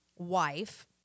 Wife